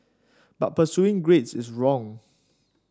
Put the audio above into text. but pursuing grades is wrong